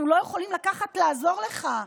אנחנו לא יכולים לעזור לך.